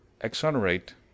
exonerate